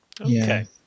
Okay